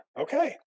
okay